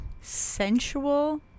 Sensual